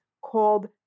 called